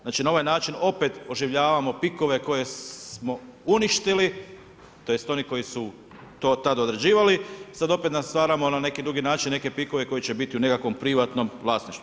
Znači na ovaj način opet oživljavamo PIK-ove koji smo uništili tj. oni koji su to tada određivali, sada opet stvaramo na neki drugi način neke PIK-ove koji će biti u nekakvom privatnom vlasništvu.